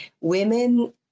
Women